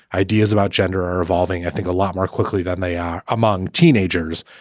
ideas about gender are evolving. i think a lot more quickly than they are among teenagers,